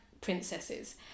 princesses